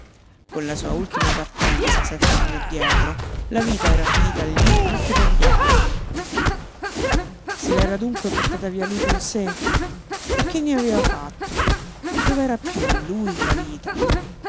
con la sua ultima partenza sette anni addietro la vita era finita lí anche per gli altri se l'era dunque portata via lui con sé e che ne aveva fatto dov'era piú in lui la vita